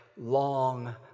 long